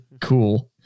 Cool